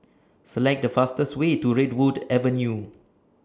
Select The fastest Way to Redwood Avenue